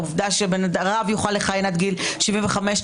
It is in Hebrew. העובדה שרב יוכל לכהן עד גיל 75,